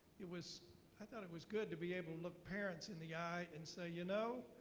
it was i thought it was good to be able to look parents in the eye and say, you know,